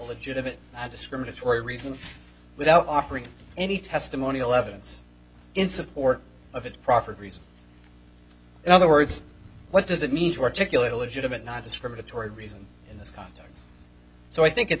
legitimate discriminatory reason without offering any testimonial evidence in support of its proffered reason in other words what does it mean to articulate a legitimate not discriminatory reason in this context so i think it's